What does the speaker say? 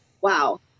wow